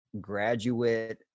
graduate